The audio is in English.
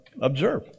Observe